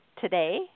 today